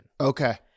Okay